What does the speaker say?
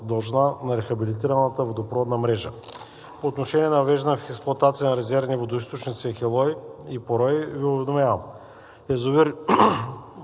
на рехабилитираната водопроводна мрежа. По отношение на въвеждане в експлоатация на резервните водоизточници „Ахелой“ и „Порой“ Ви уведомявам